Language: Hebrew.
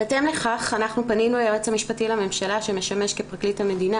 בהתאם לכך אנחנו פנינו ליועץ המשפטי לממשלה שמשמש כפרקליט המדינה